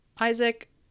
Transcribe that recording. Isaac